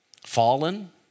Fallen